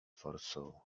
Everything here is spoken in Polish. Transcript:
forsą